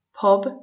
Pub